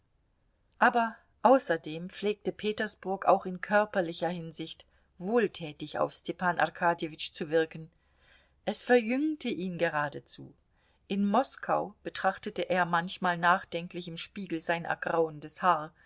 aber außerdem pflegte petersburg auch in körperlicher hinsicht wohltätig auf stepan arkadjewitsch zu wirken es verjüngte ihn geradezu in moskau betrachtete er manchmal nachdenklich im spiegel sein ergrauendes haar